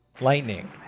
Lightning